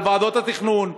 על ועדות התכנון,